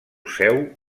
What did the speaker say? seu